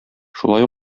шулай